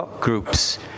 groups